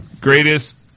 greatest